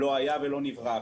לא היה ולא נברא.